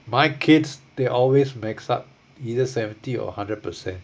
my kids they always makes up either seventy or hundred percent